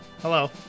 Hello